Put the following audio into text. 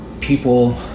people